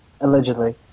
allegedly